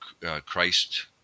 Christ